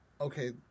okay